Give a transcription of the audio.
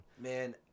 Man